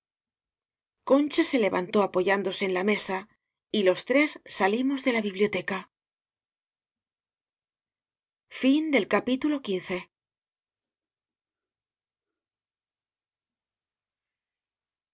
concha se levantó apoyándose en la mesa y los tres salimos de la biblioteca